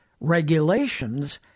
regulations